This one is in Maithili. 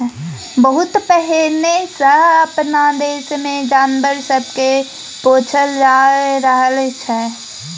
बहुत पहिने सँ अपना देश मे जानवर सब के पोसल जा रहल छै